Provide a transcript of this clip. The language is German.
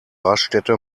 raststätte